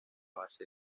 base